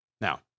Now